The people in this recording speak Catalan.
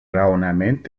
raonament